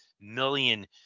million